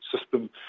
system